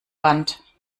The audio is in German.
band